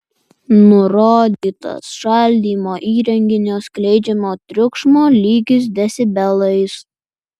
nurodytas šaldymo įrenginio skleidžiamo triukšmo lygis decibelais